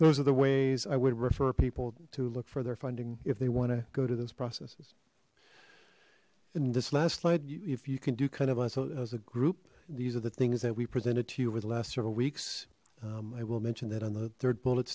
those are the ways i would refer people to look for their funding if they want to go to those processes and this last slide you if you can do kind of us as a group these are the things that we presented to you over the last several weeks i will mention that on the third bullet